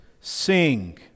sing